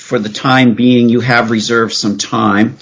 for the time being you have reserved some time